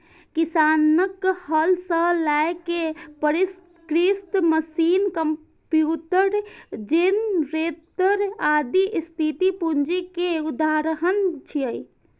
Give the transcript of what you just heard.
किसानक हल सं लए के परिष्कृत मशीन, कंप्यूटर, जेनरेटर, आदि स्थिर पूंजी के उदाहरण छियै